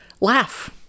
laugh